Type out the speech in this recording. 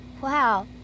Wow